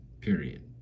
period